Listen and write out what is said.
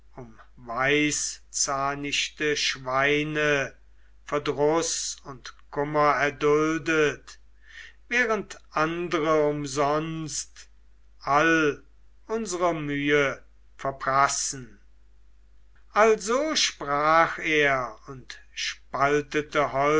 weißzahnichte schweine verdruß und kummer erduldet während andre umsonst all unsere mühe verprassen also sprach er und spaltete